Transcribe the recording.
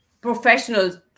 professionals